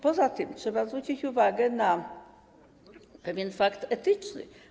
Poza tym trzeba zwrócić uwagę na pewien fakt etyczny.